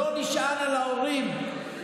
לא נשען על ההורים,